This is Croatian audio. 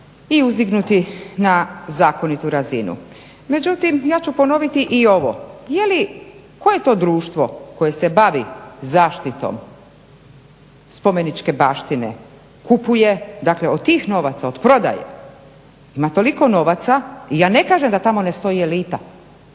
i uzdignuti na zakonitu razinu. Međutim, ja ću ponoviti i ovo. Je li, koje je to društvo koje se bavi zaštitom spomeničke baštine, kupuje dakle od tih novaca, od prodaje. Ima toliko novaca. I ja ne kažem da tamo ne stoji elita